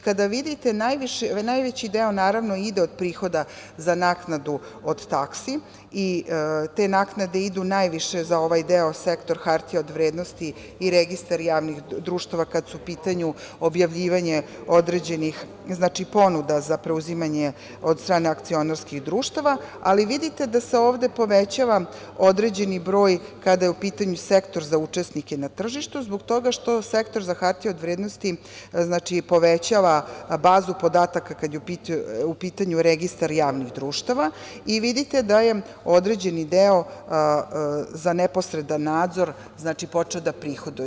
Kada vidite najveći deo naravno ide od prihoda za naknadu od taksi i te naknade idu najviše za ovaj deo Sektor hartija od vrednosti i registar javnih društava kada su u pitanju objavljivanje određenih ponuda za preuzimanje od strane akcionarskih društava, ali vidite da se ovde povećava određeni broj kada je u pitanju Sektor za učesnike na tržištu zbog toga što Sektor za hartije od vrednosti povećava bazu podataka kada je u pitanju registar javnih društava i vidite da je određeni deo za neposredan nadzor počeo da prihoduje.